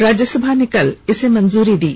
राज्यसभा ने कल इसे मंजूरी दी